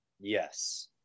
Yes